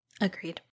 Agreed